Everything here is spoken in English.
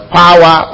power